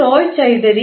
Roy Choudhury